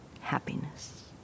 happiness